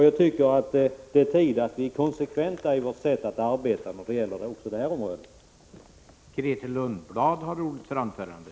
Jag tycker det är tid att vi är konsekventa i vårt sätt att arbeta också när det gäller detta område.